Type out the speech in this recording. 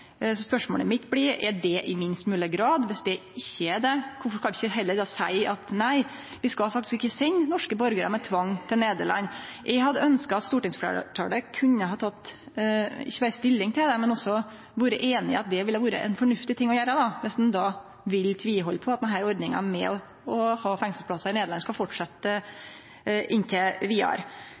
spørsmålet mitt: Er det i minst mogleg grad? Og viss det ikkje er det: Kvifor kan vi ikkje då heller seie at nei, vi skal faktisk ikkje sende norske borgarar med tvang til Nederland? Eg hadde ønskt at stortingsfleirtalet ikkje berre kunne ha teke stilling til det, men også vore einig i at det ville vore ein fornuftig ting å gjere – viss ein då vil tvihalde på at denne ordninga med fengselsplassar i Nederland skal fortsetje inntil vidare.